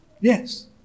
Yes